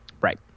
Right